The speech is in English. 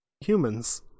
Humans